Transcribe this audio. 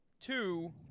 two